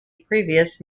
previous